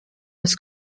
ist